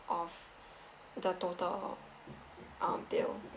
of the total uh bill